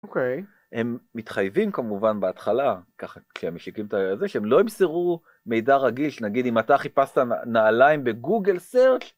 אוקיי. הם מתחייבים כמובן בהתחלה, ככה כשהם משיקים את הזה, שהם לא ימסרו מידע רגיש, נגיד אם אתה חיפשת נעליים בגוגל search,